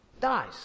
Dies